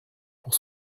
pour